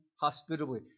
hospitably